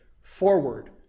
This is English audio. forward